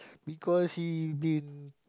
because he been